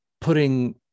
putting